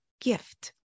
gift